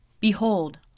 Behold